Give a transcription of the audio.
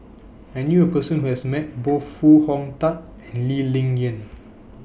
I knew A Person Who has Met Both Foo Hong Tatt and Lee Ling Yen